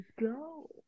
go